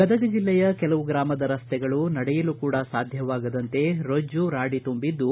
ಗದಗ ಜೆಲ್ಲೆಯ ಕೆಲವು ಗ್ರಾಮದ ರಸ್ತೆಗಳು ನಡೆಯಲು ಕೂಡಾ ಸಾಧ್ಯವಾಗದಂತೆ ರೊಜ್ಜು ರಾಡಿ ತುಂಬಿದ್ದು